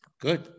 good